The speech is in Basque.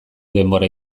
denbora